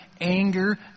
anger